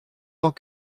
tant